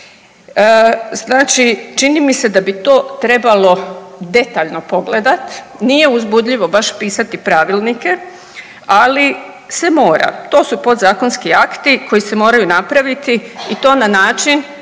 Znači, čini mi se da bi to trebalo detaljno pogledati. Nije uzbudljivo baš pisati pravilnike, ali se mora. To su pozakonski akti koji se moraju napraviti i to na način